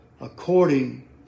according